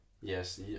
Yes